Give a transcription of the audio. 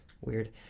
weird